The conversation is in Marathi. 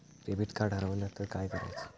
डेबिट कार्ड हरवल तर काय करायच?